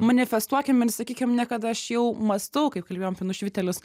manifestuokim ir sakykim ne kad aš jau mąstau kaip kalbėjom apie nušvitėlius